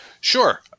Sure